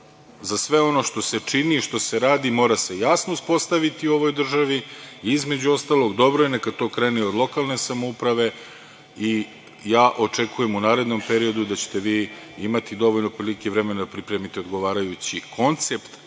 za sve ono što se čini i što se radi mora se jasno uspostaviti u ovoj državi. Između ostalog, dobro je neka to krene i od lokalne samouprave. Ja očekujem u narednom periodu da ćete vi imati dovoljno prilike i vremena da pripremite odgovarajući koncept